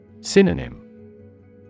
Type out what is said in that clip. Synonym